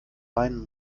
weinen